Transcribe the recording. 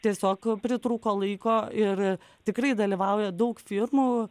tiesiog pritrūko laiko ir tikrai dalyvauja daug firmų